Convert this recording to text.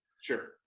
Sure